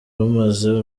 rumaze